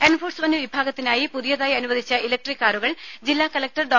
enforcement വിഭാഗത്തിനായി പുതിയതായി അനുവദിച്ച ഇലക്ട്രിക് കാറുകൾ ജില്ലാ കലക്ടർ ഡോ